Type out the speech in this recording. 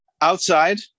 outside